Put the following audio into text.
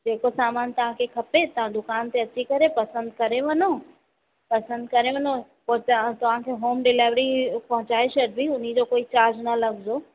जेको सामान तव्हांखे खपे तव्हां दुकान ते अची करे पसंदि करे वञॉ पसंदि करे वञो पोइ तव्हां तवांखे होम डिलेवरी पहुचाए छॾबी हुनी जो कोई चार्ज न लॻंदो